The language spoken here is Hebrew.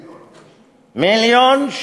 מיליון.